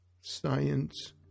Science